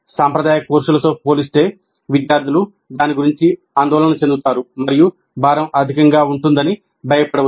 సాంప్రదాయ కోర్సులతో పోల్చితే విద్యార్థులు దాని గురించి ఆందోళన చెందుతారు మరియు భారం అధికంగా ఉంటుందని భయపడవచ్చు